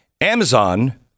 Amazon